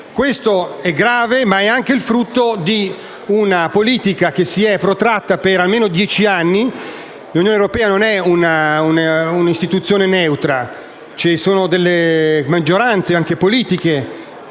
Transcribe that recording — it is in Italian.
Questo è grave, ma è anche frutto di una politica che si è protratta per almeno dieci anni. L'Unione europea non è una istituzione neutra. Ci sono delle maggioranze, anche politiche.